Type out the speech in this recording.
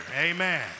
Amen